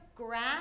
grass